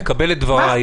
אני מקבל את דברייך,